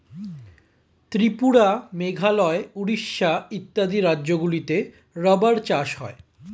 ত্রিপুরা, মেঘালয়, উড়িষ্যা ইত্যাদি রাজ্যগুলিতে রাবার চাষ হয়